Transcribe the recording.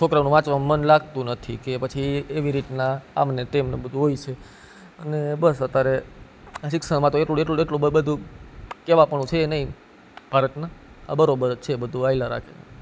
છોકરાનું વાંચવામાં મન લાગતું નથી કે પછી એવી રીતના આમ ને તેમ ને બધું હોય સે અને બસ અત્યારે આ શિક્ષણમાં તો એટલું એટલું બધું કહેવાપણું છે નહીં ભારતમાં આ બરાબર જ છે બધું ચાલ્યા રાખે